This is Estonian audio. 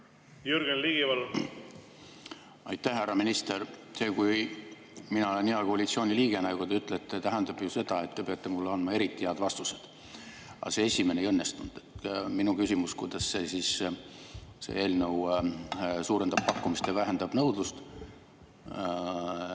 Jürgen Ligi, palun! Aitäh! Härra minister! See, kui mina olen hea koalitsiooni liige, nagu te ütlete, tähendab ju seda, et te peate mulle andma eriti häid vastuseid. Aga see esimene ei õnnestunud. Minu küsimus oli, kuidas see eelnõu suurendab pakkumist ja vähendab nõudlust. See